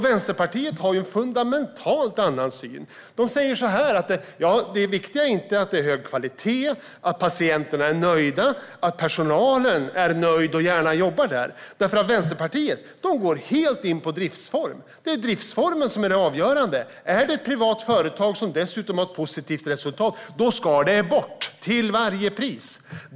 Vänsterpartiet har en fundamentalt annan syn. Det viktiga är inte att det är hög kvalitet, att patienterna är nöjda och att personalen är nöjd och gärna jobbar kvar. Vänsterpartiet går helt in på driftsformen. Den är det avgörande. Är det ett privat företag som dessutom har ett positivt resultat ska det bort till varje pris.